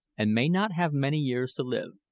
and may not have many years to live.